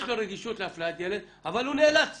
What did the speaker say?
לאפליית ילד אבל הוא נאלץ